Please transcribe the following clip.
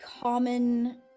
common